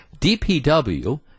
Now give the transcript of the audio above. DPW